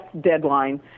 deadline